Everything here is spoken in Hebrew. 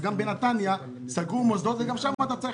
וגם בנתניה סגרו מוסדות וגם שם צריך